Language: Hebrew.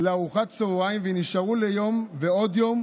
לארוחת צוהריים ונשארו ליום ועוד יום,